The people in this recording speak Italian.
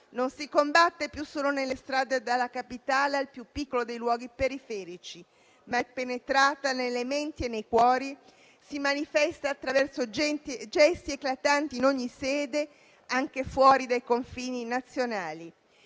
non si combatta più solo nelle strade, dalla capitale al più piccolo dei luoghi periferici, ma che sia penetrata nelle menti e nei cuori e che si manifesti attraverso gesti eclatanti in ogni sede, anche fuori dai confini nazionali.